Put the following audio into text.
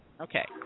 Okay